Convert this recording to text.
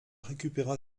récupéra